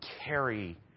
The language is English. carry